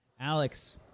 Alex